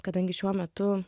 kadangi šiuo metu